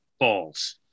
Balls